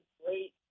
great